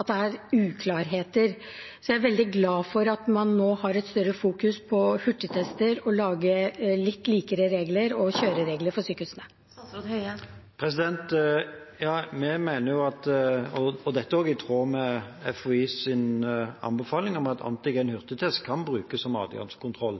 at det er uklarheter, så jeg er veldig glad for at man nå fokuserer mer på hurtigtester og på å lage litt likere regler og kjøreregler for sykehusene. Ja, vi mener jo – og dette er også i tråd med FHIs anbefaling – at antigen-hurtigtest kan brukes som adgangskontroll.